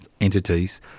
entities